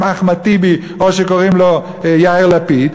אם אחמד טיבי או יאיר לפיד,